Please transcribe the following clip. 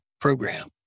program